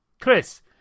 Chris